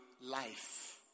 life